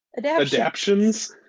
Adaptions